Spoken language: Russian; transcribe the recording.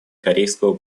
корейского